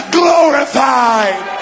glorified